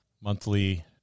monthly